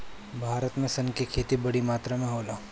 भारत में सन के खेती बड़ी मात्रा में होला